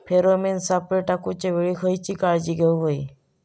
Pheromone सापळे टाकूच्या वेळी खयली काळजी घेवूक व्हयी?